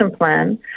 plan